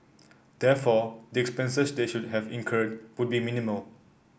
therefore the expenses they should have incurred would be minimal